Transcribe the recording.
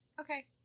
Okay